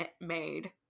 made